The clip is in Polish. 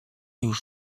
już